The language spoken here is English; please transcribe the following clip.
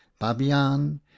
babian